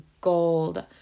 gold